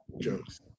jokes